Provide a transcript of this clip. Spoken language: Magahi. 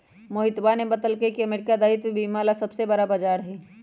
मोहितवा ने बतल कई की अमेरिका दायित्व बीमा ला सबसे बड़ा बाजार हई